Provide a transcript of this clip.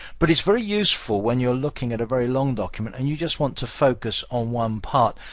but it's very useful when you're looking at a very long document and you just want to focus on one part.